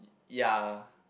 ya